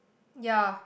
ya